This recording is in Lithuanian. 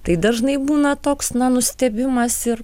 tai dažnai būna toks na nustebimas ir